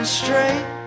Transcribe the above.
straight